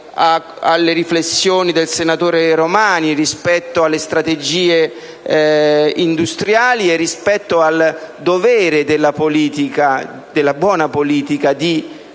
alle riflessioni del senatore Romani rispetto alle strategie industriali e al dovere della politica - della buona politica -